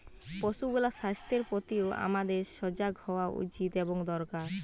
পশুগুলার স্বাস্থ্যের প্রতিও আমাদের সজাগ হওয়া উচিত এবং দরকার